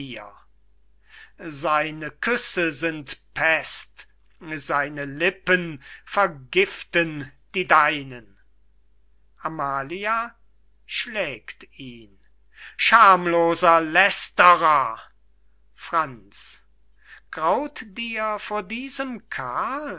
seine küsse sind pest seine lippen vergiften die deinen amalia schlägt ihn schaamloser lästerer franz graut dir vor diesem karl